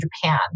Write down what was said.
Japan